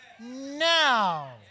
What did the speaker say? now